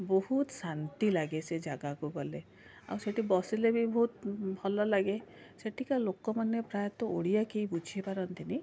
ବହୁତ ଶାନ୍ତି ଲାଗେ ସେ ଜାଗାକୁ ଗଲେ ଆଉ ସେଇଠି ବସିଲେ ବି ବହୁତ ଭଲ ଲାଗେ ସେଠିକା ଲୋକମାନେ ପ୍ରାୟତଃ ଓଡ଼ିଆ କେହି ବୁଝିପାରନ୍ତିନି